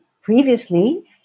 previously